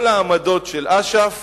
כל העמדות של אש"ף